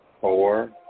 four